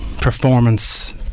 performance